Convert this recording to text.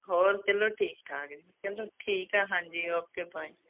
ਹੋਰ ਚਲੋ ਠੀਕ ਠਾਕ ਚਲੋ ਠੀਕ ਆ ਹਾਂਜੀ ਓਕੇ ਬਾਏ